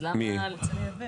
אז למה ליבא?